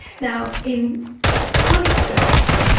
now in chronic stress,